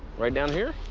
right down here?